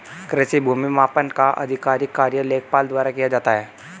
कृषि भूमि मापन का आधिकारिक कार्य लेखपाल द्वारा किया जाता है